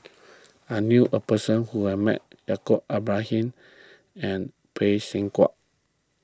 I knew a person who has met Yaacob Ibrahim and Phay Seng Whatt